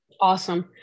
awesome